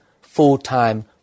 full-time